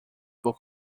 por